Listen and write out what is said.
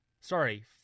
sorry